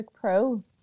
Pro